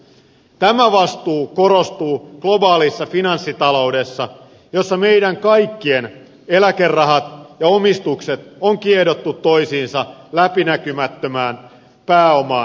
tämä vastuu korostuu globaalissa finanssitaloudessa jossa meidän kaikkien eläkerahat ja omistukset on kiedottu toisiinsa läpinäkymättömään pääoman massaan